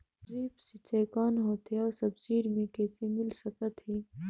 Drip सिंचाई कौन होथे अउ सब्सिडी मे कइसे मिल सकत हे?